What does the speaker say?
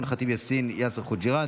אימאן ח'טיב יאסין ויאסר חוג'יראת,